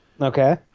Okay